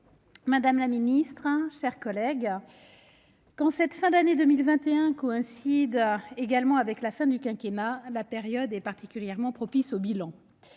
madame la ministre, mes chers collègues, cette fin d'année 2021 coïncidant avec la fin du quinquennat, la période est particulièrement propice aux bilans.